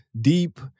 deep